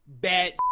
bad